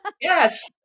Yes